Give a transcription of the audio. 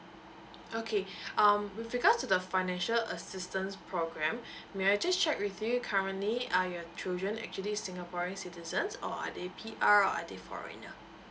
okay um with regards to the financial assistance program may I just check with you currently are your children actually singaporean citizens or are they P_R or are they foreigner